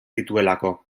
dituelako